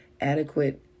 adequate